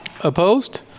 Opposed